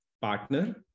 partner